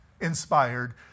inspired